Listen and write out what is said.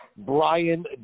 Brian